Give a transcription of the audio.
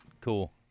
cool